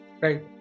Right